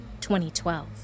2012